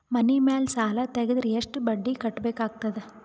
ಮನಿ ಮೇಲ್ ಸಾಲ ತೆಗೆದರ ಎಷ್ಟ ಬಡ್ಡಿ ಕಟ್ಟಬೇಕಾಗತದ?